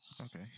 okay